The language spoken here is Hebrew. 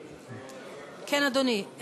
כן, אדוני.